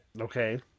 Okay